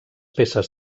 peces